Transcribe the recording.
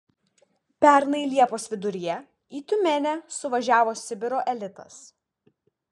pernai liepos viduryje į tiumenę suvažiavo sibiro elitas